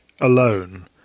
alone